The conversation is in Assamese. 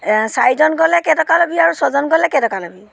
এই চাৰিজন গ'লে কেইটকা ল'বি আৰু ছয়জন গ'লে কেইটকা ল'বি